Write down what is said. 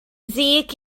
ddig